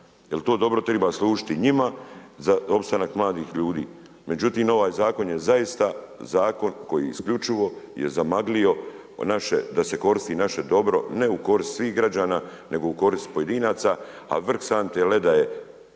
jer to dobro treba služiti njima za opstanak mladih ljudi, međutim ovaj zakon je zaista zakon koji isključivo je zamaglio da se koristi naše dobro, ne u korist svih građana nego u korist pojedinaca, a vrh sante leda je